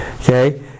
Okay